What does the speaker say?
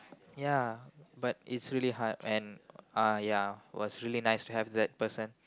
ya but it's really hard and uh ya was really nice to have that person